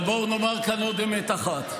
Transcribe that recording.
המליאה.) אבל בואו נאמר כאן עוד אמת אחת.